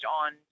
on